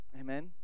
Amen